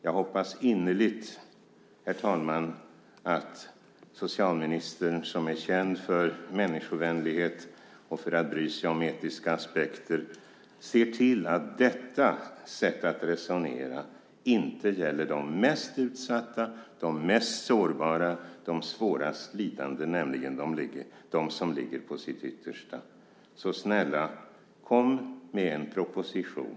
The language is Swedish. Jag hoppas innerligt att socialministern, som är känd för människovänlighet och för att bry sig om etiska aspekter, ser till att detta sätt att resonera inte gäller de mest utsatta, de mest sårbara och de svårast lidande - de som ligger på sitt yttersta - så snälla, kom med en proposition!